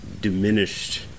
diminished